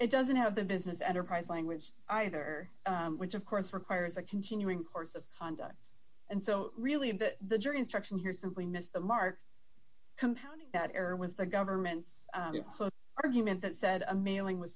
it doesn't have the business enterprise language either which of course requires a continuing course of conduct and so really in that the jury instruction here simply missed the mark compounding that error with the government's argument that said a mailing was